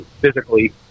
physically